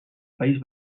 país